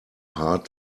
hard